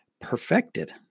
perfected